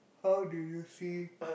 how do you see